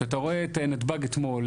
כשאתה רואה את נתב"ג אתמול,